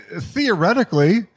theoretically